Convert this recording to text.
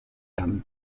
him